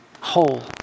whole